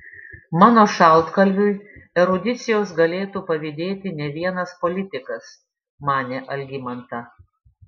mano šaltkalviui erudicijos galėtų pavydėti ne vienas politikas manė algimanta